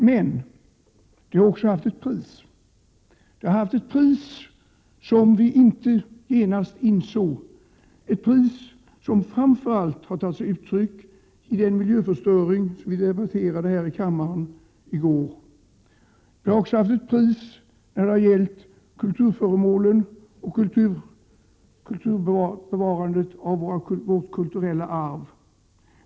Men detta har också haft ett pris som vi inte genast insåg, ett pris framför allt i form av den miljöförstöring som vi debatterade här i kammaren i går. Priset har också gällt kulturföremålen och bevarandet av vårt kulturella arv.